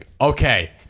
Okay